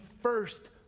first